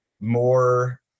more